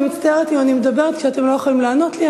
אני מצטערת אם אני מדברת כשאתם לא יכולים לענות לי.